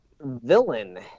villain